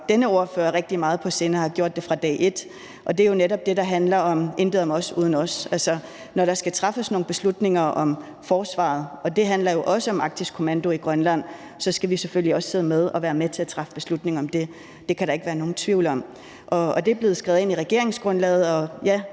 denne ordfører rigtig meget på sinde og har gjort det fra dag et – og det er jo netop det, der handler om »intet om os uden os«. Altså, når der skal træffes nogle beslutninger om forsvaret – og det handler jo også om Arktisk Kommando i Grønland – skal vi selvfølgelig også sidde med og være med til at træffe beslutninger om det. Det kan der ikke være nogen tvivl om. Det er blevet skrevet ind i regeringsgrundlaget,